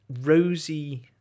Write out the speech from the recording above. rosy